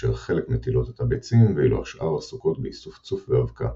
כאשר חלק מטילות את הביצים ואילו השאר עסוקות באיסוף צוף ואבקה,